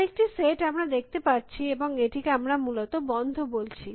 আরেকটি সেট আমরা দেখতে পারছি এবং এটিকে আমরা মূলত বন্ধ বলছি